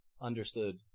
understood